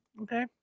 Okay